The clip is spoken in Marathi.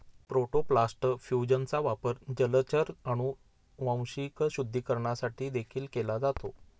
प्रोटोप्लास्ट फ्यूजनचा वापर जलचर अनुवांशिक शुद्धीकरणासाठी देखील केला जातो